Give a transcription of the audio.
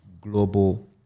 global